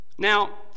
Now